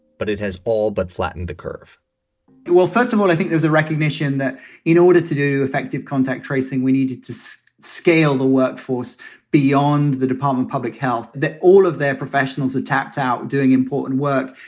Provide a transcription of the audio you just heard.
but it has all but flattened the curve well, first of all, i think there's a recognition that in you know order to do effective contact tracing, we needed to so scale the workforce beyond the department, public health, the all of their professionals are tapped out doing important work.